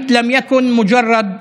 (אומר דברים בשפה